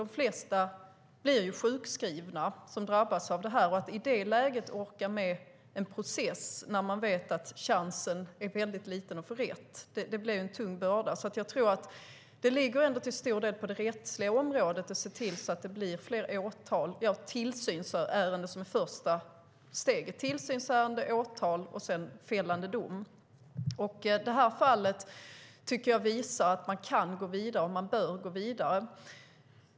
De flesta som drabbas av det här blir ju sjukskrivna, och det kan vara svårt att orka med en process när man vet att chansen att få rätt är liten. Det ligger till stor del på det rättsliga området att se till att det blir fler tillsynsärenden, som är det första steget, åtal och sedan fällande domar. Det här fallet tycker jag visar att man kan och att man bör gå vidare.